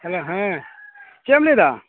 hello ᱦᱮᱸ ᱪᱮᱫ ᱮᱢ ᱞᱟᱹᱭ ᱮᱫᱟ